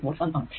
92 volt ആണ്